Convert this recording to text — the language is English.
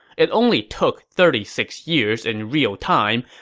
it only took thirty six years in real time,